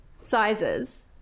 Sizes